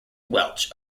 welch